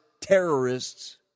terrorists